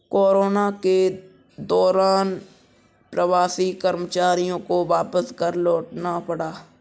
corona के दौरान प्रवासी कर्मचारियों को वापस घर लौटना पड़ा